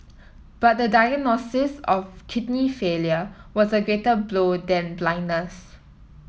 but the diagnosis of kidney failure was a greater blow than blindness